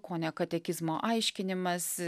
kone katekizmo aiškinimas